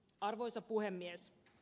arvoisa puhemies